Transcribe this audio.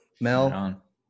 Mel